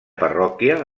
parròquia